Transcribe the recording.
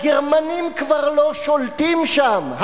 הגרמנים כבר לא שולטים שם.